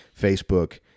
Facebook